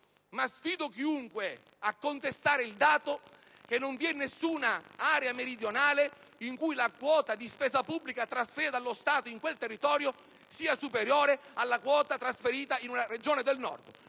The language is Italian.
Sfido chiunque a contestare il dato che in nessuna area meridionale la quota di spesa pubblica trasferita dallo Stato a quel territorio sia superiore alla quota trasferita in una Regione del Nord: